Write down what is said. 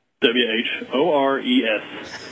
W-H-O-R-E-S